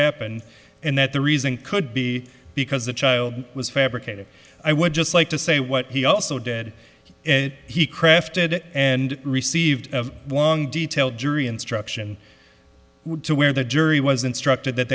happened and that the reason could be because the child was fabricated i would just like to say what he also did and he crafted it and received detail jury instruction where the jury was instructed that